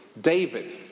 David